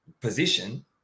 position